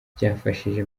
byafashije